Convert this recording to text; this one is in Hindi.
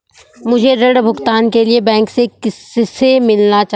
मुझे ऋण भुगतान के लिए बैंक में किससे मिलना चाहिए?